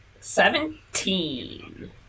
Seventeen